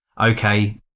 okay